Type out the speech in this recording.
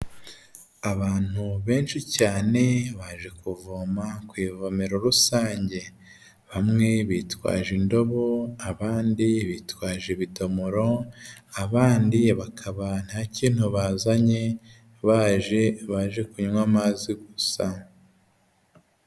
Abantu benshi cyane baje kuvoma ku ivomero rusange, bamwe bitwaje indobo abandi bitwaje ibidomoro, abandi bakaba ntacyo bazanye baje baje kunywa amazi gusa.